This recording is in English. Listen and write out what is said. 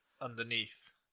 underneath